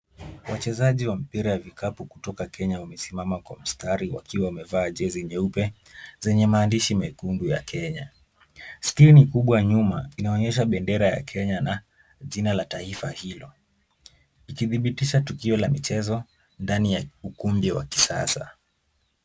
Wachezaji wa mpira ya vikapu kutoka Kenya wamesimama kwa mstari wakiwa wamevaa jezi nyeupe zenye maandishi mekundu ya Kenya. Skrini kubwa nyuma inaonyesha bendera ya Kenya jina la taifa hilo, ikidhibitisha tukio la michezo ndani ya ukumbi wa kisasa.